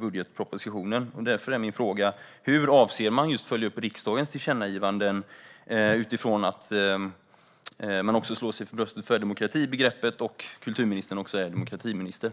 budgetpropositionen. Därför är min fråga: Hur avser man att följa upp riksdagens tillkännagivanden? Frågan ställs mot bakgrund av att man slår sig för bröstet när det gäller demokratibegreppet och att kulturministern också är demokratiminister.